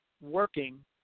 working